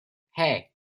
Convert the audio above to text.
hey